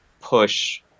push